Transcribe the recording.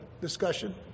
discussion